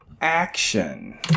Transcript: Action